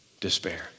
despair